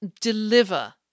deliver